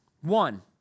One